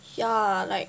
ya like